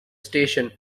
station